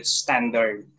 standard